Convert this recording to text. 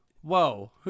Whoa